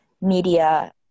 media